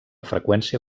freqüència